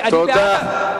אדוני, תודה.